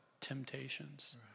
temptations